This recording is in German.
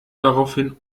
daraufhin